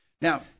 Now